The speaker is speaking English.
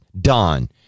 Don